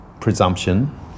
presumption